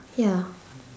ya